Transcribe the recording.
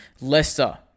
Leicester